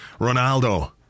Ronaldo